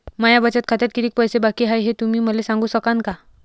माया बचत खात्यात कितीक पैसे बाकी हाय, हे तुम्ही मले सांगू सकानं का?